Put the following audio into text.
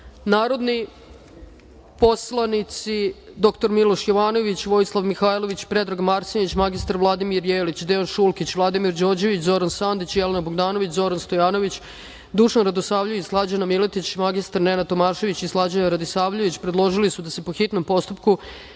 predlog. Narodni poslanici dr Miloš Jovanović, Vojislav Mihailović, Predrag Marsenić, mr Vladimir Jelić, Dejan Šulkić, Vladimir Đorđević, Zoran Sandić, Jelena Bogdanović, Zoran Stojanović, Dušan Radosavljević, Slađana Miletić, mr Nenad Tomašević i Slađana Radisavljević predložili su da se, po hitnom postupku,